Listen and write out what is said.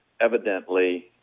evidently